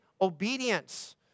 obedience